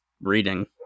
reading